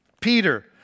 Peter